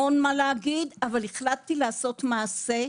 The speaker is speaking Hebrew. המון מה להגיד אבל החלטתי לעשות מעשה,